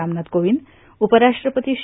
रामनाथ कोविंद उपराष्ट्रपती श्री